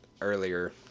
earlier